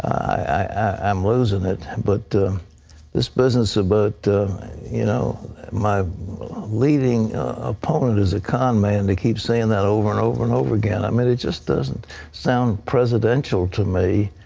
i'm losing it. but this business about you know my leading opponent is a con man to keep saying that over and over and over again, it it just doesn't sound presidential to me.